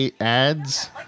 ads